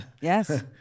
yes